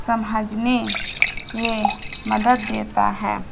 سمجنے میں مدد دیتا ہے